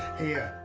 here.